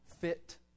fit